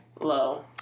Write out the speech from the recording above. low